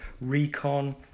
recon